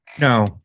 No